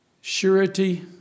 surety